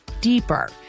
deeper